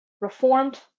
reformed